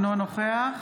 אינו נוכח